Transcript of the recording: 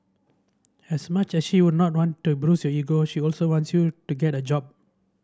as much as she would not want to bruise your ego she also wants you to get a job